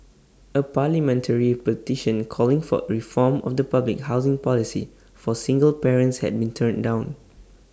A parliamentary petition calling for reform of the public housing policy for single parents has been turned down